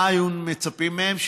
מה היו מצפים מהם?